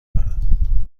دارم